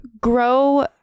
Grow